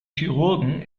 chirurgen